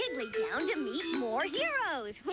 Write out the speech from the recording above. higglytown to meet more heroes!